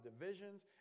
divisions